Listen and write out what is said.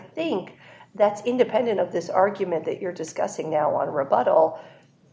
think that's independent of this argument that you're discussing now on rebuttal